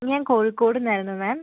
ഞാൻ കോഴിക്കോട് നിന്നായിരുന്നു മാം